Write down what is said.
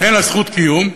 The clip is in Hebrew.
אין לה זכות קיום,